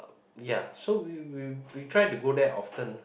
ya so we we we try to go there often